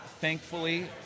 thankfully